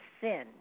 sin